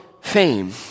fame